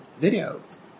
videos